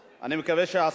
של חבר הכנסת שלמה מולה.